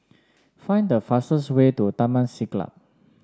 find the fastest way to Taman Siglap